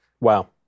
Wow